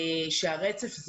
הרצף,